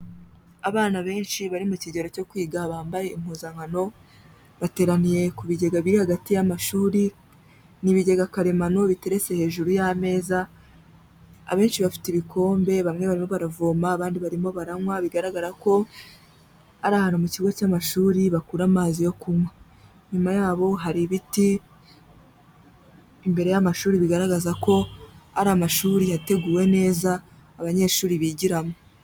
Abana benshi bari mu kigero cyo kwiga bambaye impuzankano, bateraniye ku bigega biri hagati y'amashuri, ni ibigega karemano biteretse hejuru y'ameza, abenshi bafite ibikombe bamwe barimo baravoma, abandi barimo baranywa bigaragara ko ari ahantu mu kigo cy'amashuri bakura amazi yo kunywa. Inyuma yabo hari ibiti imbere y'amashuri bigaragaza ko ari amashuri yateguwe neza abanyeshuri bigiramo.